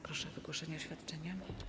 Proszę o wygłoszenie oświadczenia.